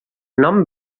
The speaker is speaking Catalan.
nom